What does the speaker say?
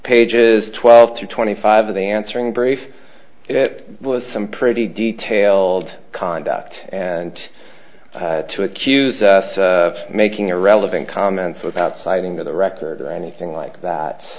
pages twelve to twenty five the answering brief it was some pretty detailed conduct and to accuse of making a relevant comments without citing the record or anything like that